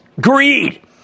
Greed